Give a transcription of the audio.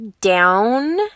down